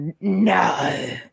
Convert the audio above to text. no